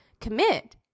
commit